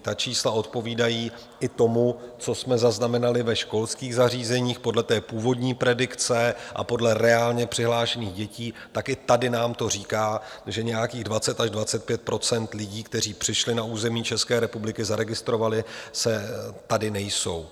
Ta čísla odpovídají i tomu, co jsme zaznamenali ve školských zařízeních podle původní predikce a podle reálně přihlášených dětí, tak i tady nám to říká, že nějakých 20 až 25 % lidí, kteří přišli na území České republiky, zaregistrovali se, tady není.